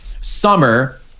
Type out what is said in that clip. Summer